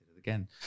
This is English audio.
again